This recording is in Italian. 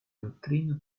dottrina